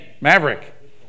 Maverick